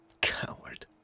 Coward